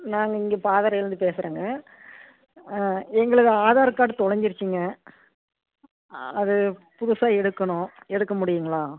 நாங்கள் இங்கே பாதரையிலருந்து பேசுறேங்க எங்களுது ஆதார் கார்டு தொலைஞ்சுருச்சுங்க அது புதுசாக எடுக்கணும் எடுக்க முடியுங்களா